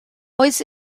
oes